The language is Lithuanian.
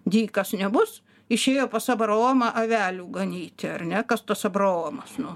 dykas nebus išėjo pas abraomą avelių ganyti ar ne kas tas abraomas nu